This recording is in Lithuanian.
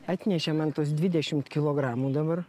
atnešė man tuos dvidešimt kilogramų dabar